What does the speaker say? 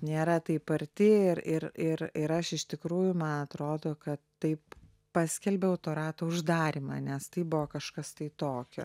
nėra taip arti ir ir ir ir aš iš tikrųjų man atrodo kad taip paskelbiau to rato uždarymą nes tai buvo kažkas tai tokio